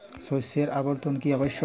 শস্যের আবর্তন কী আবশ্যক?